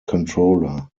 controller